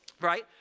right